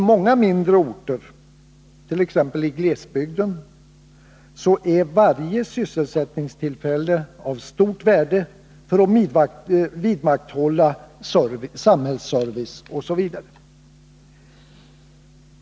I många mindre orter, t.ex. i glesbygden, är varje sysselsättningstillfälle av stort värde för att vidmakthålla samhällsservice m.m.